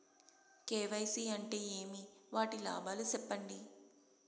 KYC అంటే ఏమి? వాటి లాభాలు సెప్పండి?